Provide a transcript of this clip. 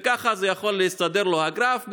וככה יכול להסתדר לו הגרף,